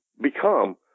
become